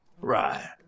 Right